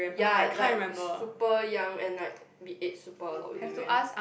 ya like super young and like we ate super a lot of durian